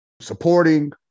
supporting